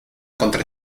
contra